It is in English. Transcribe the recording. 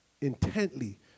intently